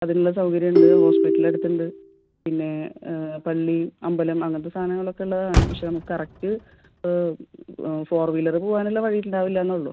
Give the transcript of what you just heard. അതിനുള്ള സൗകര്യമുണ്ട് ഹോസ്പിറ്റൽ അടുത്തുണ്ട് പിന്നെ പള്ളി അമ്പലം അങ്ങനെത്തെ സാധനങ്ങളൊക്കെ ഉള്ളതാണ് പക്ഷെ നമുക്ക് കറക്റ്റ് ഫോർ വീലറ് പോകാനുള്ള വഴി ഉണ്ടാവില്ല എന്നുള്ളൂ